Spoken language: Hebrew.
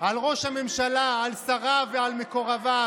על ראש הממשלה, על שריו ועל מקורביו.